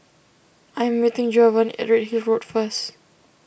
I am meeting Giovanni at Redhill Road first